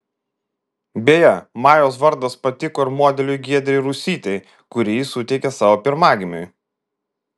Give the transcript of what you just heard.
beje majaus vardas patiko ir modeliui giedrei rusytei kuri jį suteikė savo pirmagimiui